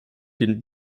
den